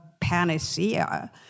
panacea